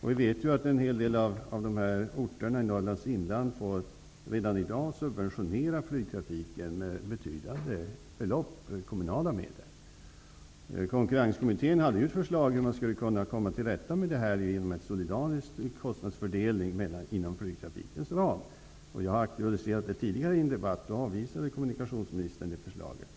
Vi vet att en hel del av orterna i Norrlands inland redan i dag får subventionera flygtrafiken med betydande belopp kommunala medel. Konkurrenskommittén hade ett förslag om hur man skulle kunna komma till rätta med detta genom en solidarisk kostnadsfördelning inom flygtrafikens ram. Jag har aktualiserat det i en tidigare debatt. Då avvisade kommunikationsministern förslaget.